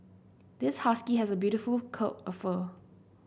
this husky has a beautiful coat of fur